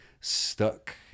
stuck